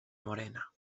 morena